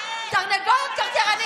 קוקוריקו, מה עם הצ'קלקה?